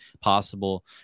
possible